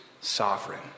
sovereign